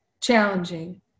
challenging